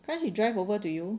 can't she drive over to you